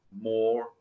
more